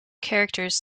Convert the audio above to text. characters